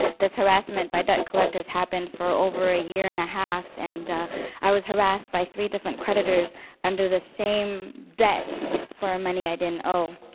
this harassment by debt collectors happened for over a year and a half, and i was harassed by three different creditors under the same debt for money i didn't owe.